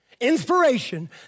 Inspiration